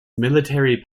military